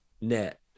net